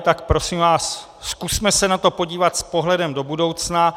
Tak prosím vás, zkusme se na to podívat s pohledem do budoucna.